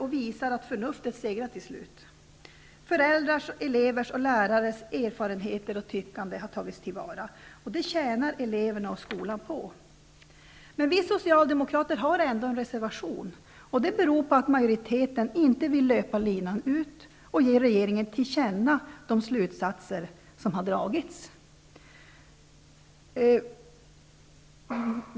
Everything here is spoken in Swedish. Den visar att förnuftet segrar till slut. Föräldrars, elevers och lärares erfarenheter och tyckande har tagits till vara. Det tjänar eleverna och skolan på. Vi socialdemokrater har ändå en reservation. Det beror på att majoriteten inte vill löpa linan ut och ge regeringen till känna de slutsatser som har dragits.